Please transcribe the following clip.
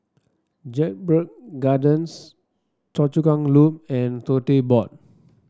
Jedburgh Gardens Choa Chu Kang Loop and Tote Board